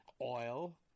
oil